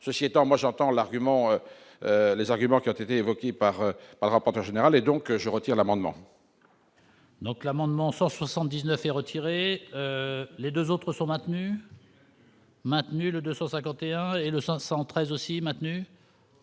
ceci étant, moi j'entends l'argument les arguments qui ont été évoqués par rapporteur général et donc je retire l'amendement. Donc l'amendement 179 est retiré les 2 autres sont maintenues. Maintenu le 251 et le 513 aussi maintenu,